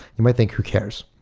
you might think, who cares?